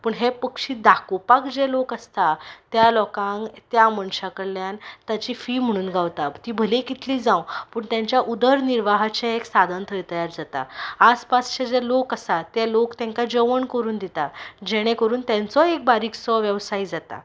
पूण हे पक्षी दोकापाक जे लोक आसता त्या लोकांक त्या मनशा कडल्यान ताची फी म्हणून गावता ती भली कितली जावं पूण तेंच्या उदरनिर्वाहांचें एक सादन थंय तयार जाता आसपासचे जे लोक आसा ते लोक तेंकां जेवण करून दिता जेणे करून तेंचोय एक बारीकसो वेवसाय जाता